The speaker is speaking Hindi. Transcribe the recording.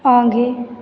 आगे